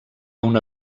una